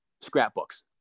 scrapbooks